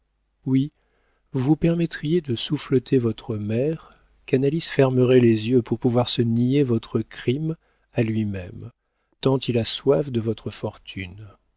oui vous vous permettriez de souffleter votre mère canalis fermerait les yeux pour pouvoir se nier votre crime à lui-même tant il a soif de votre fortune